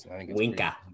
Winker